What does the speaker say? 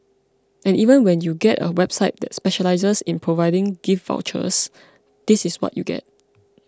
and even when you get a website that specialises in providing gift vouchers this is what you get